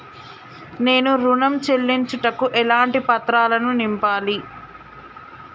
నేను ఋణం చెల్లించుటకు ఎలాంటి పత్రాలను నింపాలి?